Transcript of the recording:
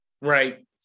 right